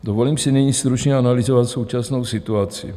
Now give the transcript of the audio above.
Dovolím si nyní stručně analyzovat současnou situaci.